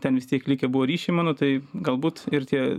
ten vis tiek likę buvo ryšiai mano tai galbūt ir tie